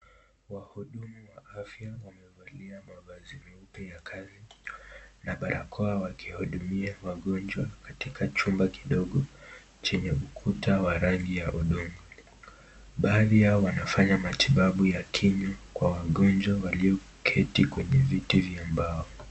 Wahudumu wa afya wamevalia mavazi meupe ya kazi na barakoa wakiwahudumia wagonjwa katika chumba kidogo chenye ukuta wa rangi ya udongo. Baadhi yao wanafanya matibabu ya kinywa kwa wagonjwa walioketi kwenye viti vya mbao.